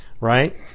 Right